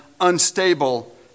unstable